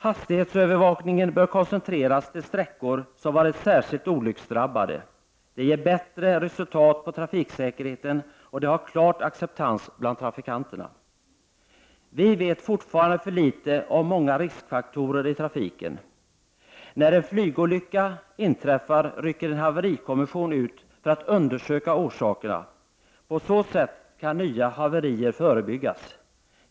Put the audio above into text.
Hastighetsövervakningen bör koncentreras till sträckor som har varit särskilt olycksdrabbade. Det ger bättre resultat när det gäller trafiksäkerheten, och det har en klar acceptans bland trafikanterna. Vi vet fortfarande för litet om många riskfaktorer i trafiken. När en flygolycka inträffar rycker en haverikommission ut för att undersöka orsakerna. På så sätt kan nya haverier förebyggas.